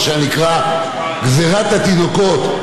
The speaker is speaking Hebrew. מה שנקרא גזירת התינוקות,